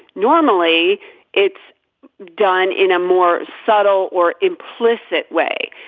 normally it's done in a more subtle or implicit way.